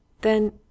Then